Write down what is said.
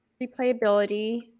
Replayability